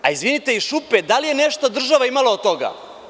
A izvinite iz šupe, da li je nešto država imala od toga?